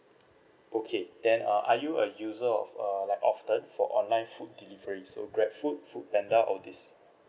okay then uh are you a user of uh like often for online food delivery so grab food Foodpanda all these